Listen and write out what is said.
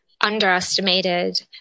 underestimated